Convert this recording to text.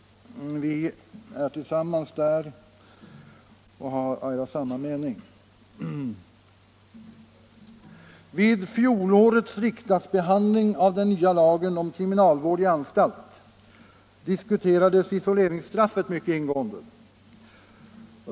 Vi är där av samma mening. Vid fjolårets riksdagsbehandling av den nya lagen om kriminalvård i anstalt diskuterades isoleringsstraffet mycket ingående.